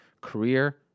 career